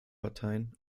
parteien